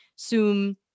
Zoom